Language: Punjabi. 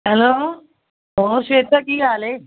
ਹੈਲੋ ਹੋਰ ਸ਼ਵੇਤਾ ਕੀ ਹਾਲ ਹੈ